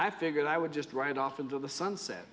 i figured i would just ride off into the sunset